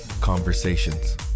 conversations